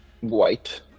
white